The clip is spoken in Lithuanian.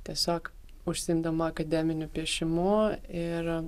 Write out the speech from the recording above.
tiesiog užsiimdama akademiniu piešimu ir